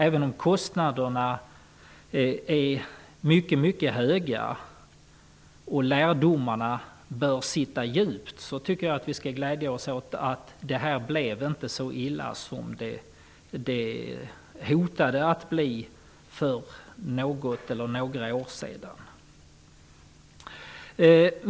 Även om kostnaderna är mycket höga och lärdomarna bör sitta djupt, tycker jag att vi skall glädja oss åt att det inte blev så illa som det hotade att bli.